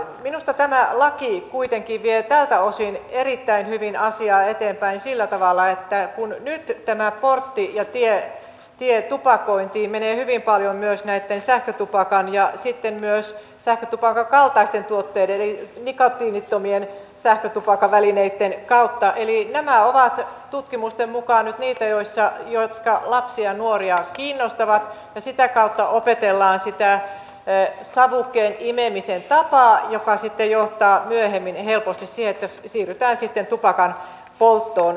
minusta tämä laki kuitenkin vie tältä osin erittäin hyvin asiaa eteenpäin sillä tavalla että nyt tämä portti ja tie tupakointiin menee hyvin paljon myös sähkötupakan ja sitten myös sähkötupakan kaltaisten tuotteiden eli nikotiinittomien sähkötupakkavälineitten kautta eli nämä ovat tutkimusten mukaan nyt niitä jotka lapsia ja nuoria kiinnostavat ja sitä kautta opetellaan sitä savukkeen imemisen tapaa joka sitten johtaa myöhemmin helposti siihen että siirrytään sitten tupakan polttoon